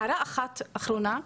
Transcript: הערה אחת אחרונה,